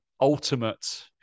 ultimate